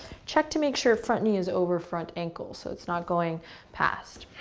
check to make sure front knee is over front ankle, so it's not going past.